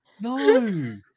No